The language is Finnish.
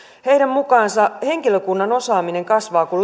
heidän mukaansa henkilökunnan osaaminen kasvaa kun